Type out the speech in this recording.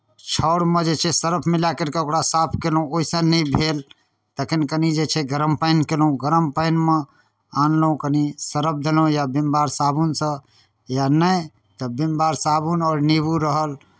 छाउरमे जे छै सरफ मिला करि कऽ ओकरा साफ कयलहुँ ओहिसँ नहि भेल तखन कनि जे छै गरम पानि कयलहुँ गरम पानिमे आनलहुँ कनि सरफ देलहुँ या विम बार साबुनसँ या नहि तऽ विम बार साबुन आओर नेबो रहल